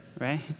right